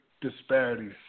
disparities